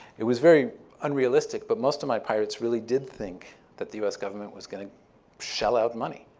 it was very unrealistic, but most of my pirates really did think that the us government was going to shell out money.